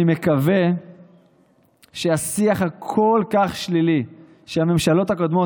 אני מקווה שהשיח השלילי כל כך שהממשלות הקודמות